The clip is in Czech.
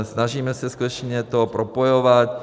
Snažíme se skutečně to propojovat.